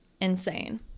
insane